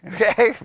Okay